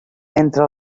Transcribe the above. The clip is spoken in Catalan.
entre